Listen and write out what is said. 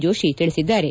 ಜೋಷಿ ತಿಳಿಸಿದ್ದಾರೆ